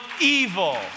evil